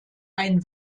ein